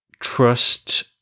trust